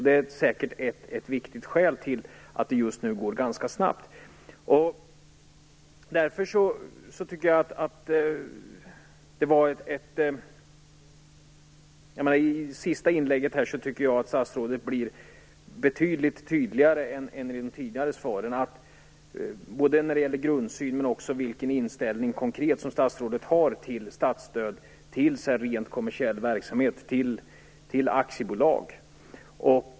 Det är säkert ett viktigt skäl till att det just nu går ganska snabbt. I sitt senaste inlägg tycker jag att statsrådet är betydligt tydligare än i de tidigare svaren när det gäller både grundsyn och vilken konkret inställning som statsrådet har till statsstöd till rent kommersiell verksamhet och till aktiebolag.